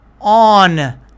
on